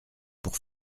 pour